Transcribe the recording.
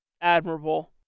admirable